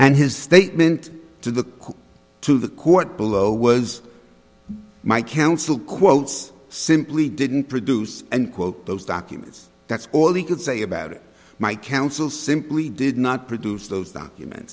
and his statement to the to the court below was my counsel quotes simply didn't produce and quote those documents that's all he could say about it my counsel simply did not produce those documents